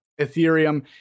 Ethereum